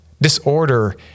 Disorder